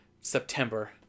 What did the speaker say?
September